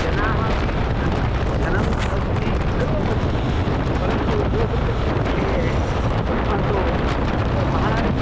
जनाः अपि सन्ति धनम् अस्ति सर्वमस्ति परन्तु गोसंरक्षणविषये अस्मासु महान्